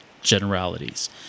generalities